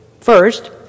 First